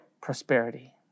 prosperity